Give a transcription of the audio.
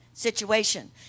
situation